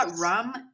rum